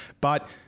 But-